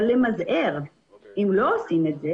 אם לא עושים את זה